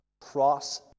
cross